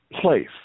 place